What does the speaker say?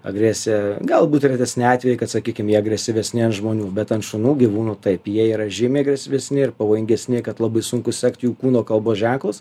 agresija galbūt retesni atvejai kad sakykim jie agresyvesni ant žmonių bet ant šunų gyvūnų taip jie yra žymiai agresyvesni ir pavojingesni kad labai sunku sekt jų kūno kalbos ženklus